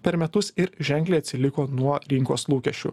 per metus ir ženkliai atsiliko nuo rinkos lūkesčių